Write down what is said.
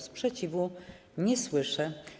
Sprzeciwu nie słyszę.